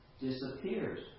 disappears